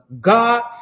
God